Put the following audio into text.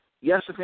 Yes